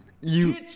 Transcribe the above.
you-